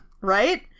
Right